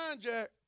Jack